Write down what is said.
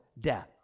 death